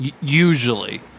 Usually